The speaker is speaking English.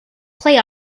play